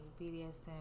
BDSM